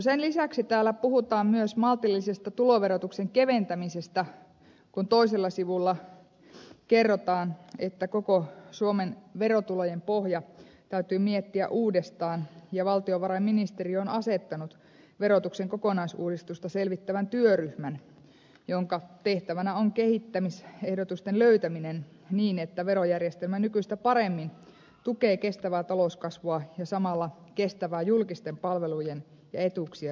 sen lisäksi täällä puhutaan myös maltillisesta tuloverotuksen keventämisestä kun toisella sivulla kerrotaan että koko suomen verotulojen pohja täytyy miettiä uudestaan ja valtiovarainministeri on asettanut verotuksen kokonaisuudistusta selvittävän työryhmän jonka tehtävänä on kehittämisehdotusten löytäminen niin että verojärjestelmä nykyistä paremmin tukee kestävää talouskasvua ja samalla kestävää julkisten palvelujen ja etuuksien rahoitusta